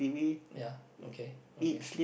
ya okay okay